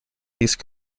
these